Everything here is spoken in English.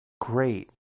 great